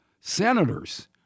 senators